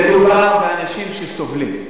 מדובר באנשים שסובלים.